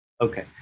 Okay